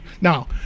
Now